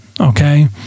okay